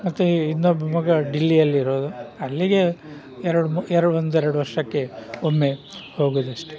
ಮತ್ತು ಇನ್ನೊಬ್ಬ ಮಗ ಡಿಲ್ಲಿಯಲ್ಲಿರೋದು ಅಲ್ಲಿಗೆ ಎರಡ್ಮೂ ಎರಡು ಒಂದೆರಡು ವರ್ಷಕ್ಕೆ ಒಮ್ಮೆ ಹೋಗುವುದಷ್ಟೆ